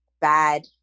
bad